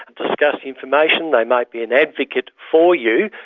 discuss the information. they might be an advocate for you.